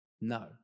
No